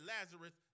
Lazarus